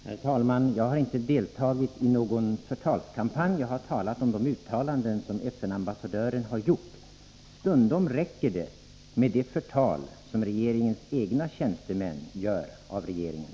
Herr talman! Jag har inte deltagit i någon förtalskampanj. Jag har talat om de uttalanden som FN-ambassadören gjort. Stundom räcker det med det förtal som regeringens egna tjänstemän riktar mot regeringen.